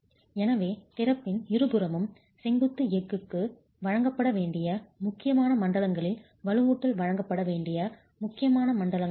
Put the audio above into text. எனவே திறப்பின் இருபுறமும் செங்குத்து எஃகுக்கு எஃகு வழங்கப்பட வேண்டிய முக்கியமான மண்டலங்களில் வலுவூட்டல் வழங்கப்பட வேண்டிய முக்கியமான மண்டலங்கள் உள்ளன